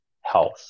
health